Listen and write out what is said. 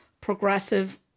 progressive